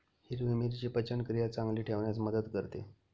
हिरवी मिरची पचनक्रिया चांगली ठेवण्यास मदत करते